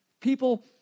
People